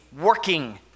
working